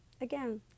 again